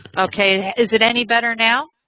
okay, is it any better now?